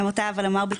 וגם אותה אומר בקצרה,